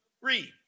Read